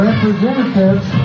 Representatives